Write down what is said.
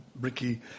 Ricky